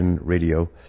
radio